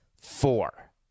four